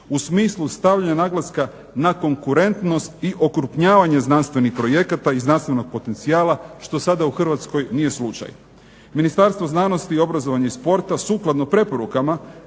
u smislu stavljanja naglaska na konkurentnost i okrupnjavanje znanstvenih projekata i znanstvenog potencijala što sada u Hrvatskoj nije slučaj. Ministarstvo znanosti, obrazovanja i sporta sukladno preporukama